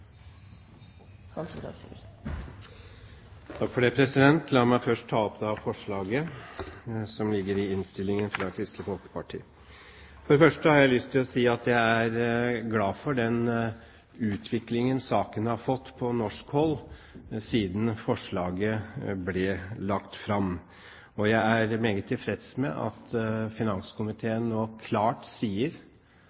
La meg først ta opp forslaget fra Kristelig Folkeparti som står i innstillingen. For det første har jeg lyst til å si at jeg er glad for den utviklingen saken har fått på norsk hold siden forslaget ble lagt fram. Jeg er meget tilfreds med at